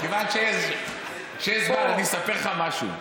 כיוון שיש זמן, אני אספר לך משהו.